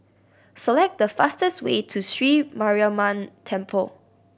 select the fastest way to Sri Mariamman Temple